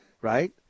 right –